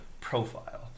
profile